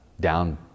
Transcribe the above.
down